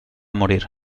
morir